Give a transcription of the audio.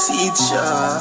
Teacher